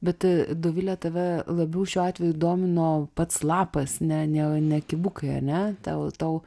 bet dovile tave labiau šiuo atveju domino pats lapas ne ne ne kibukai ane tau tau